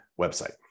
website